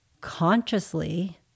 Consciously